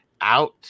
out